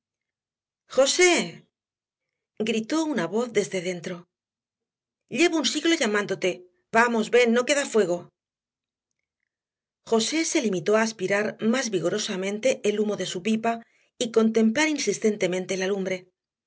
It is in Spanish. josé gritó una voz desde dentro llevo un siglo llamándote vamos ven no queda fuego josé se limitó a aspirar más vigorosamente el humo de su pipa y contemplar insistentemente la lumbre